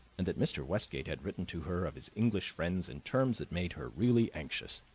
and that mr. westgate had written to her of his english friends in terms that made her really anxious.